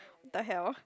!what the hell!